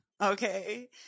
Okay